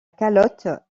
calotte